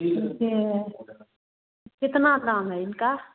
ठीक है कितना दाम है इनका